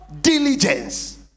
diligence